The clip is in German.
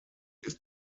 ist